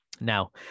Now